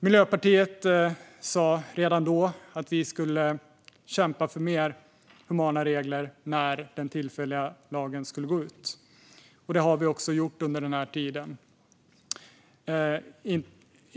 Miljöpartiet sa redan då att vi skulle kämpa för mer humana regler när den tillfälliga lagen skulle gå ut. Det har vi också gjort under den här tiden.